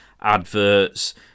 adverts